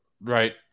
Right